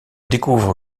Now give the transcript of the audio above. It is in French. découvre